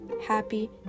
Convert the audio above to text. happy